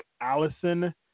Allison